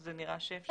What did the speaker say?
נראה שאפשר.